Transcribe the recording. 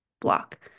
block